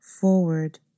forward